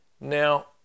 now